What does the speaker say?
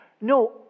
No